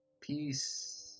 Peace